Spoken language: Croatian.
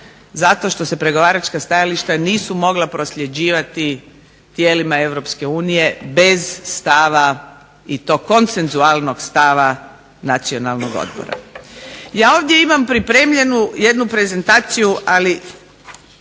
Zato što se pregovaračka stajališta nisu mogla prosljeđivati tijelima Europske unije bez stava i to konsensualnog stava Nacionalnog odbora. Ja ovdje imam pripremljenu jednu prezentaciju ali